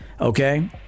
okay